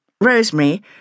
Rosemary